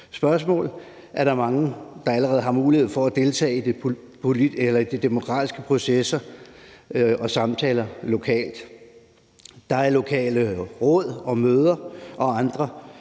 spørgsmål, er der mange, der allerede har mulighed for at deltage i de demokratiske processer og samtaler lokalt. Der er lokale råd, møder og andre